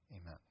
Amen